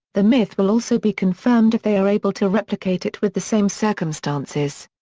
the myth will also be confirmed if they are able to replicate it with the same circumstances.